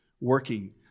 working